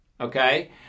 okay